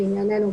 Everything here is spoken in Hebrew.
לענייננו,